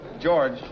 George